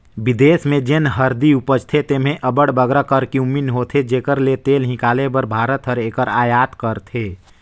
बिदेस में जेन हरदी उपजथे तेम्हें अब्बड़ बगरा करक्यूमिन होथे जेकर तेल हिंकाले बर भारत हर एकर अयात करथे